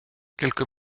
quelques